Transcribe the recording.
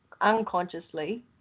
unconsciously